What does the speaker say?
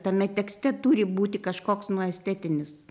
tame tekste turi būti kažkoks nu estetinis